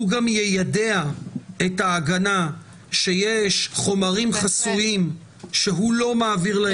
הוא גם יידע את ההגנה שיש חומרים חסויים שהוא לא מעביר להם,